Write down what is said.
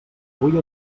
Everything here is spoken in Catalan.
avui